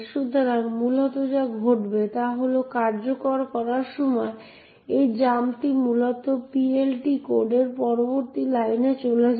সুতরাং মূলত যা ঘটবে তা হল কার্যকর করার সময় এই জাম্পটি মূলত PLT কোডের পরবর্তী লাইনে চলে যায়